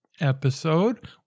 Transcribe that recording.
episode